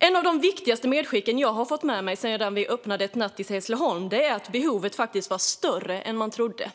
Ett av de viktigaste medskicken jag har fått sedan öppnandet av ett nattis i Hässleholm är att behovet faktiskt var större än man trodde.